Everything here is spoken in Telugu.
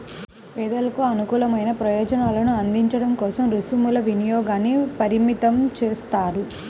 పేదలకు అనుకూలమైన ప్రయోజనాలను అందించడం కోసం రుసుముల వినియోగాన్ని పరిమితం చేస్తారు